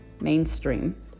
mainstream